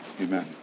Amen